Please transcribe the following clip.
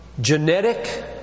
genetic